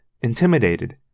intimidated